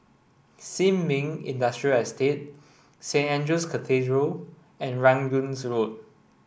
Sin Ming Industrial Estate Saint Andrew's Cathedral and Rangoon Road